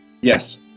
Yes